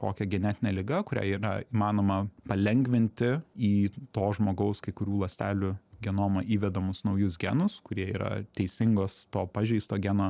kokia genetine liga kurią yra įmanoma palengvinti į to žmogaus kai kurių ląstelių genomą įvedamus naujus genus kurie yra teisingos to pažeisto geno